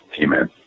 Amen